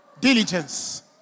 Diligence